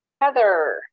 Heather